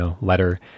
letter